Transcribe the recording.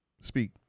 Speak